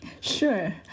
Sure